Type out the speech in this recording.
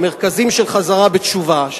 למרכזים של חזרה בתשובה,